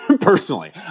personally